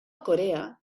corea